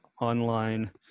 online